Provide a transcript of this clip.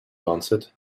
answered